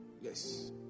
yes